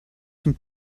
some